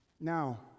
Now